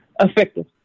effective